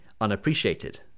unappreciated